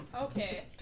Okay